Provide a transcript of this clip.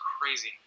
crazy